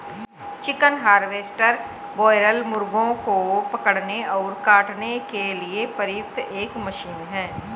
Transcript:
chicken harvester broiler मुर्गों को पकड़ने और काटने के लिए प्रयुक्त एक मशीन है